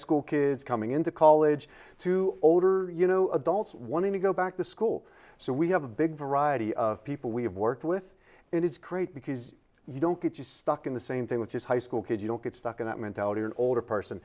school kids coming into college to older you know adults wanting to go back to school so we have a big variety of people we have worked with and it's great because you don't get just stuck in the same thing which is high school kid you don't get stuck that mentality or an older person